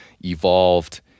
evolved